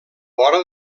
vora